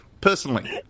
Personally